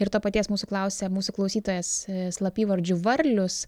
ir to paties mūsų klausia mūsų klausytojas slapyvardžiu varlius